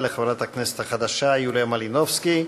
לחברת הכנסת החדשה יוליה מלינובסקי.